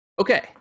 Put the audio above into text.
Okay